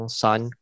sun